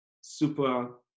super